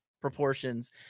proportions